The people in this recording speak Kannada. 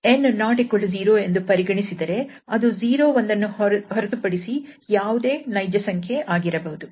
𝑛 ≠ 0 ಎಂದು ಪರಿಗಣಿಸಿದರೆ ಅದು 0 ಒಂದು ಹೊರತುಪಡಿಸಿ ಯಾವುದೇ ನೈಜಸಂಖ್ಯೆ ಆಗಿರಬಹುದು